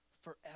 forever